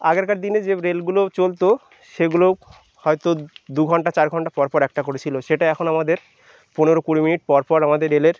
আগেরকার দিনে যে রেলগুলো চলতো সেগুলো হয়তো দু ঘন্টা চার ঘন্টা পরপর একটা করে ছিলো সেগুলো এখন আমাদের পনেরো কুড়ি মিনিট পরপর আমাদের রেলের